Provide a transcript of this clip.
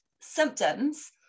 symptoms